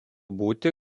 būti